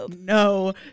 no